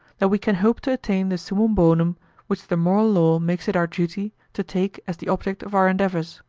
that we can hope to attain the summum bonum which the moral law makes it our duty to take as the object of our endeavours.